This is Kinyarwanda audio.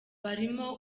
barimo